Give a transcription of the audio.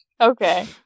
Okay